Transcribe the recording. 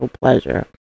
pleasure